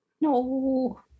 No